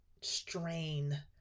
strain